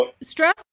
Stress